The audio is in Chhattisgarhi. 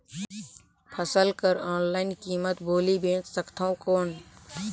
फसल कर ऑनलाइन कीमत बोली बेच सकथव कौन?